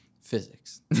Physics